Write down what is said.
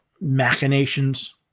machinations